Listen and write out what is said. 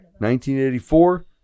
1984